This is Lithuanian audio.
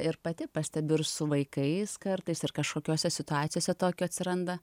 ir pati pastebiu ir su vaikais kartais ir kažkokiose situacijose tokio atsiranda